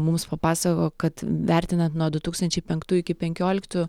mums papasakojo kad vertinant nuo du tūkstančiai penktų iki penkioliktų